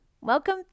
Welcome